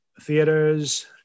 theaters